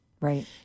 Right